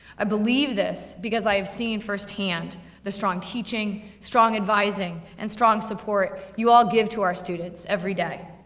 i believe this, because i have seen firsthand the strong teaching, the strong advising, and strong support, you all give to our students every day.